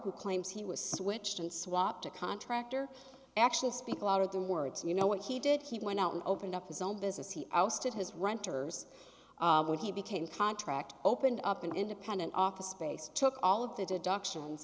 who claims he was switched and swapped a contractor actually speak louder than words you know what he did he went out and opened up his own business he ousted his renters when he became contract opened up an independent office space took all of the d